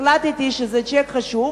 לכן החלטתי שזה חשוב,